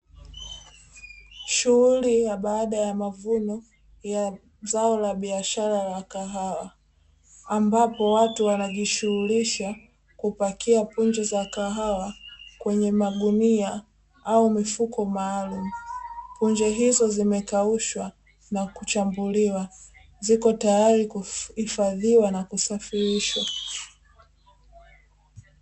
Shughuli ya baada ya mavuno ya zao la biashara la kahawa ambapo watu wanajishughulisha kupakia punje za kahawa kwenye magunia au mifuko maalum punje hizo zimekaushwa na kuchambuliwa ziko tayari kuifadhiwa na kusafirishwa.